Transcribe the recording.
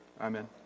Amen